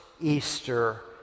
Easter